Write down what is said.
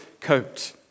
coat